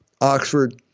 Oxford